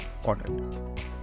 quadrant